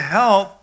help